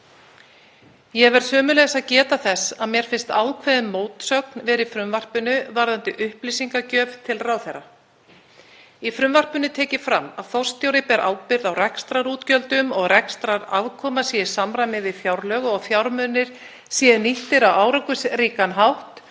Ég verð sömuleiðis að geta þess að mér finnst ákveðin mótsögn vera í frumvarpinu varðandi upplýsingagjöf til ráðherra. Í frumvarpinu er tekið fram að forstjóri beri ábyrgð á rekstrarútgjöldum, að rekstrarafkoma sé í samræmi við fjárlög og að fjármunir séu nýttir á árangursríkan hátt.